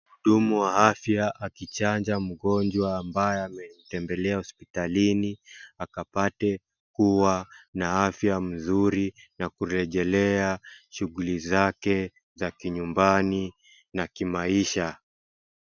Mhudumu wa afya akichanja mgonjwa ambaye maemtembelea hospitalini akapate kuwa na afya nzuri na kurejelea shughuli zake za kinyumbani na kimaisha.